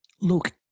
look